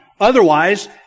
otherwise